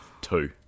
two